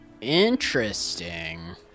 Interesting